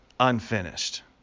unfinished